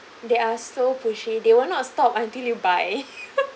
they are so pushy they will not stop until you buy